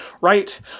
right